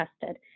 tested